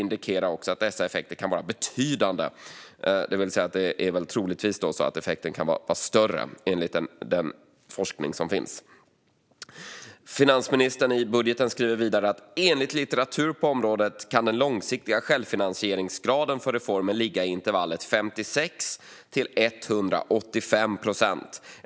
indikerar också att dessa effekter kan vara betydande." Det är väl troligtvis så att effekten kan vara större, enligt den forskning som finns. Finansministern skriver vidare i budgeten: "enligt litteratur på området kan den långsiktiga självfinansieringsgraden för reformen ligga i intervallet 56-185 procent.